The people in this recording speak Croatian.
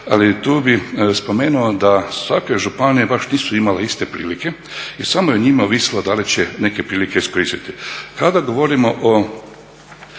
ali tu bih spomenuo da svake županije baš nisu imale iste prilike jer samo je o njima ovisilo da li će neke prilike iskoristiti. Kada govorimo